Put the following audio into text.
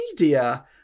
media